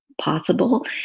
possible